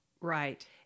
Right